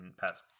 Pass